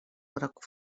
groc